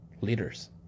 leaders